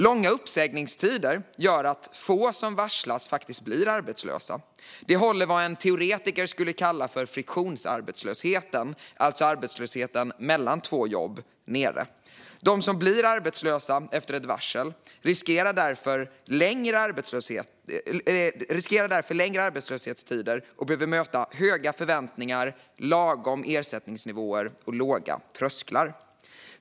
Långa uppsägningstider gör att få som varslas faktiskt blir arbetslösa. Det håller vad en teoretiker skulle kalla för friktionsarbetslösheten, alltså arbetslösheten mellan två jobb, nere. De som blir arbetslösa efter ett varsel riskerar därför längre arbetslöshetstider och behöver möta höga förväntningar, lagom ersättningsnivåer och låga trösklar.